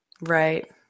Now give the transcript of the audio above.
Right